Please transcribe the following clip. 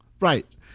Right